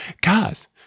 Guys